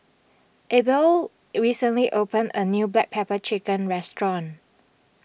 Abel recently opened a new Black Pepper Chicken restaurant